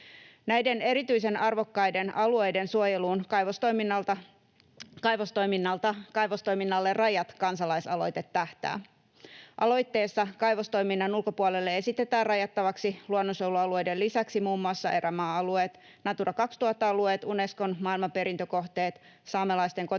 Näiden erityisen arvokkaiden alueiden suojeluun Kaivostoiminnalle rajat ‑kansalaisaloite tähtää. Aloitteessa kaivostoiminnan ulkopuolelle esitetään rajattavaksi luonnonsuojelualueiden lisäksi muun muassa erämaa-alueet, Natura 2000 ‑alueet, Unescon maailmanperintökohteet, saamelaisten kotiseutualue,